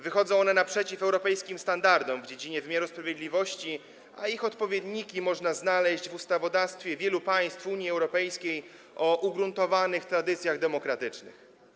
Wychodzą one naprzeciw europejskim standardom w dziedzinie wymiaru sprawiedliwości, a ich odpowiedniki można znaleźć w ustawodawstwie wielu państw Unii Europejskiej o ugruntowanych tradycjach demokratycznych.